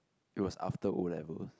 it was after O-levels